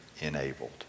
enabled